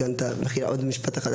המקצוע.